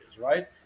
right